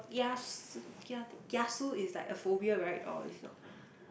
kias~ kia~ kiasu is like a phobia right or is not